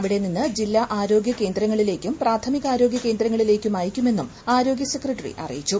അവിടെനിന്ന് ജില്ലാ ആരോഗ്യ കേന്ദ്രങ്ങളിലേക്കും പ്രാഥമിക ആരോഗ്യ കേന്ദ്രങ്ങളിലേക്കും അയക്കുമെന്നും ആരോഗ്യ സെക്രട്ടറി അറിയിച്ചു